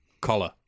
collar